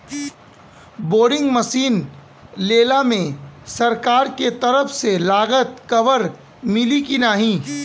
Boring machine लेला मे सरकार के तरफ से लागत कवर मिली की नाही?